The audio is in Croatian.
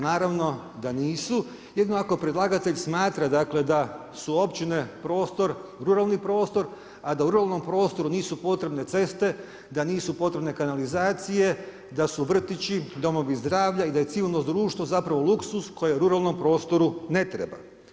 Naravno da nisu, jedino ako predlagatelj smatra dakle da su općine prostor, ruralni prostor a da u ruralnom prostoru nisu potrebne ceste, da nisu potrebne kanalizacije, da su vrtići, domovi zdravlja i da je civilno društvo zapravo luksuz koje ruralnom prostoru ne treba.